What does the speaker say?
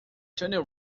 tunnel